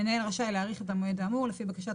המנהל רשאי להאריך את המועד האמור לפי בקשת